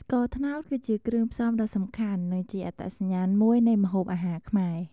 ស្ករត្នោត គឺជាគ្រឿងផ្សំដ៏សំខាន់ និងជាអត្តសញ្ញាណមួយនៃម្ហូបអាហារខ្មែរ។